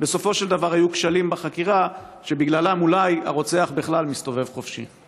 בסופו של דבר היו כשלים בחקירה שבגללם אולי הרוצח בכלל מסתובב חופשי.